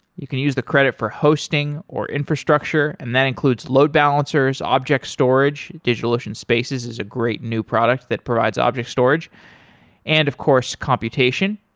you can use the credit for hosting or infrastructure and that includes load balancers, object storage. digitalocean spaces is a great new product that provides object storage and, of course, computation.